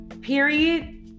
period